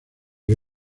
que